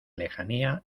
lejanía